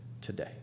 today